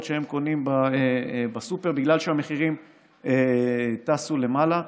שהם קונים בסופר בגלל שהמחירים טסו למעלה.